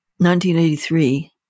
1983